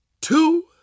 two